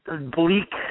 bleak